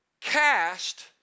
Cast